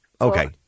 Okay